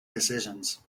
decisions